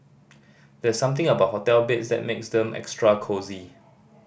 there's something about hotel beds that makes them extra cosy